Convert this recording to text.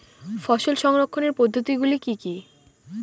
ফসল সংরক্ষণের পদ্ধতিগুলি কি কি?